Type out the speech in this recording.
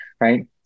right